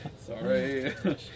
sorry